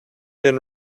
den